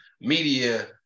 media